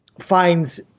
finds